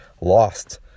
lost